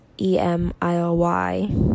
e-m-i-l-y